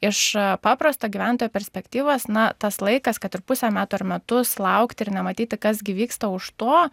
iš paprasto gyventojo perspektyvos na tas laikas kad ir pusę metų ir metus laukti ir nematyti kas gi vyksta už to